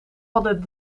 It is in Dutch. hadden